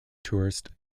tourist